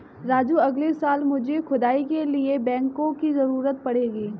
राजू अगले साल मुझे खुदाई के लिए बैकहो की जरूरत पड़ेगी